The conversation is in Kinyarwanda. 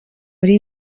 muri